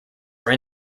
are